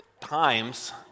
times